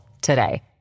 today